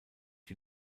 die